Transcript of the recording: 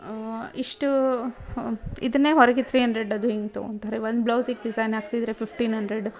ಇಷ್ಟು ಇದನ್ನೇ ಹೊರಗೆ ತ್ರೀ ಹಂಡ್ರೆಡ್ ಅದು ಹಿಂಗೆ ತೊಗೊಳ್ತಾರೆ ಒಂದು ಬ್ಲೌಸಿಗೆ ಡಿಝೈನ್ ಹಾಕಿಸಿದ್ರೆ ಫಿಫ್ಟೀನ್ ಹಂಡ್ರೆಡ್ಡು